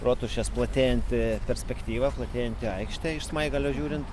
rotušės platėjanti perspektyva platėjanti aikštė iš smaigalio žiūrint